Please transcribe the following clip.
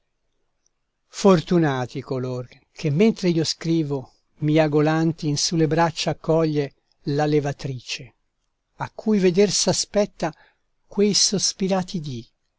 fortunati color che mentre io scrivo miagolanti in su le braccia accoglie la levatrice a cui veder s'aspetta quei sospirati dì